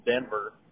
Denver